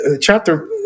chapter